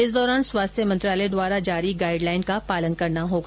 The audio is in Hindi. इस दौरान स्वास्थ्य मंत्रालय द्वारा जारी गाइड लाइन का पालन करना होगा